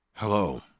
Hello